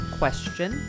question